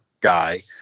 guy